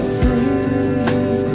free